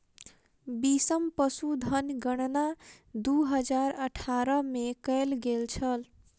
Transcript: बीसम पशुधन गणना दू हजार अठारह में कएल गेल छल